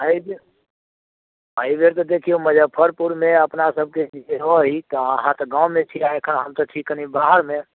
एहिबेर एहिबेर तऽ देखिऔ मझफ्फरपुरमे अपना सबके स्थिति जे अहि तऽ अहाँके गावँमे छी एखन हम छी कनि बाहरमे